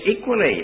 equally